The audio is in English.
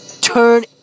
Turn